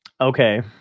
Okay